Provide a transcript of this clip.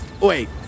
Wait